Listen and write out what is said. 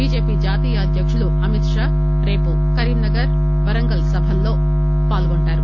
BJP జాతీయ అధ్యకుడు అమిత్షా రేపు కరీంనగర్ వరంగల్ సభల్లో పాల్గొంటారు